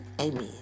Amen